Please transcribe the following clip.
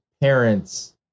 parents